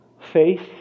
Faith